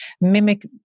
mimic